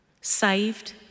saved